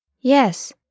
Yes